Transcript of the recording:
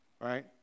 right